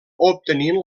obtenint